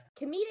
comedic